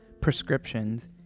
prescriptions